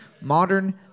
modern